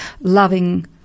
loving